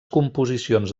composicions